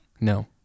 no